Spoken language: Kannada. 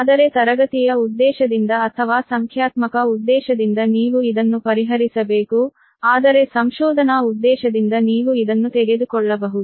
ಆದರೆ ತರಗತಿಯ ಉದ್ದೇಶದಿಂದ ಅಥವಾ ಸಂಖ್ಯಾತ್ಮಕ ಉದ್ದೇಶದಿಂದ ನೀವು ಇದನ್ನು ಪರಿಹರಿಸಬೇಕು ಆದರೆ ಸಂಶೋಧನಾ ಉದ್ದೇಶದಿಂದ ನೀವು ಇದನ್ನು ತೆಗೆದುಕೊಳ್ಳಬಹುದು